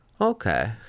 Okay